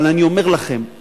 אבל אני אומר לכם,